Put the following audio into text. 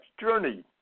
journey